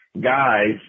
guys